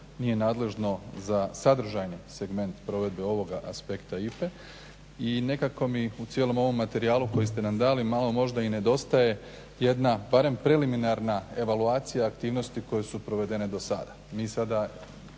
nije nadležno za sadržajni segment provedbe ovog aspekta IPA-e i nekako mi u cijelom ovom materijalu koji ste nam dali malo možda i nedostaje jedna barem preliminarna evaluacija aktivnosti koje su provedene do sada.